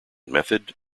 method